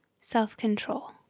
Self-control